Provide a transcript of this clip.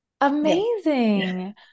Amazing